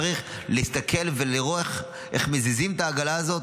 צריך להסתכל ולראות איך מזיזים את העגלה הזאת